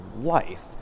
life